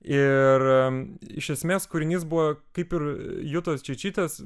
ir iš esmės kūrinys buvo kaip ir jutos čeičytės